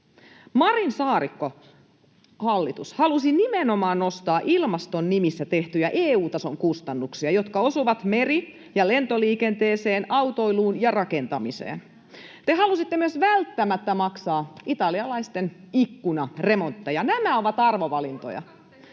Marin—Saarikko-hallitus halusi nimenomaan nostaa ilmaston nimissä tehtyjä EU-tason kustannuksia, jotka osuvat meri- ja lentoliikenteeseen, autoiluun ja rakentamiseen. Te myös halusitte välttämättä maksaa italialaisten ikkunaremontteja. Nämä ovat arvovalintoja,